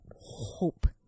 hope